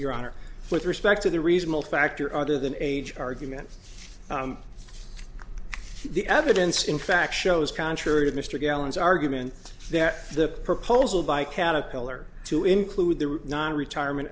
honor with respect to the reasonable factor other than age argument the evidence in fact shows contrary to mr gallons argument that the proposal by caterpillar to include the nine retirement